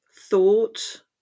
thought